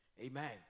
Amen